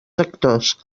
sectors